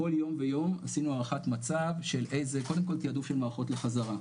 בכל יום ויום עשינו הערכת מצב קודם כל של תיעדוף של מערכות לחזרה,